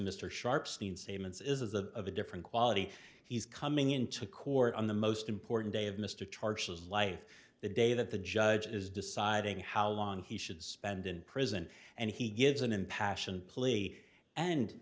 mr sharpstein statements is of a different quality he's coming into court on the most important day of mr tarsus life the day that the judge is deciding how long he should spend in prison and he gives an impassioned plea and